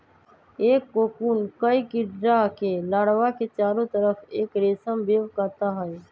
एक कोकून कई कीडड़ा के लार्वा के चारो तरफ़ एक रेशम वेब काता हई